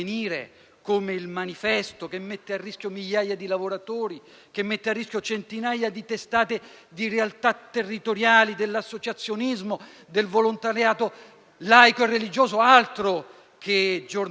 e «il manifesto» e che mette a rischio migliaia di lavoratori, centinaia di testate di realtà territoriali, dell'associazionismo, del volontariato laico e religioso, altro che giornaloni.